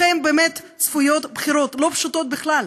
לכם באמת צפויות בחירות לא פשוטות בכלל,